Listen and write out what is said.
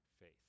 faith